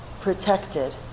protected